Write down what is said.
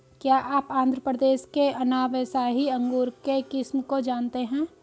क्या आप आंध्र प्रदेश के अनाब ए शाही अंगूर के किस्म को जानते हैं?